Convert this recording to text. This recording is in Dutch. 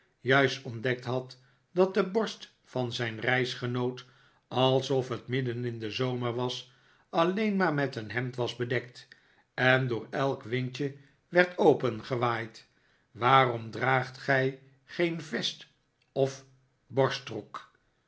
juist ontdekt had dat de borst van zijn reisgenoot alsof het midden in den zomer was alleen maar met een hemd was bedekt dat door elk windje werd opengewaaid waarom draagt gij geen vest of borstrok